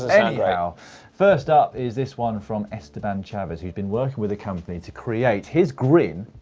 anyhow first up is this one from esteban chavez, whose been working with a company to create his grin